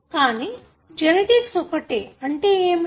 కాని జెనెటిక్ ఒకటే అంటే ఏమిటి